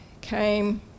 came